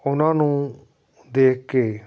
ਉਹਨਾਂ ਨੂੰ ਦੇਖ ਕੇ